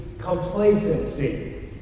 complacency